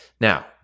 Now